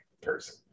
person